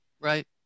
Right